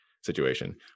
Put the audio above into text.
situation